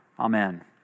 Amen